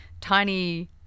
tiny